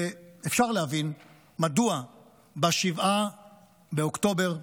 ואפשר להבין מדוע ב-7 באוקטובר,